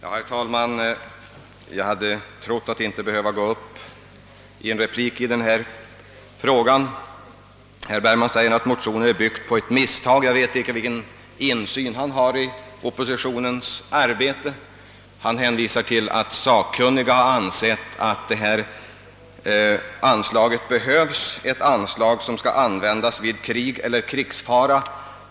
Herr talman! Jag trodde inte att jag skulle behöva gå upp i någon replik i denna fråga. Herr Bergman säger emellertid att motionen är byggd på ett misstag. Jag vet inte vilken insyn han har i oppositionens arbete. Han hänvisar till att sakkunniga har ansett att detta anslag behövs för att användas vid krig eller krigsfara.